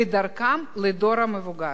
ודרכם לדור המבוגר.